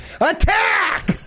Attack